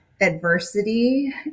adversity